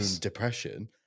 depression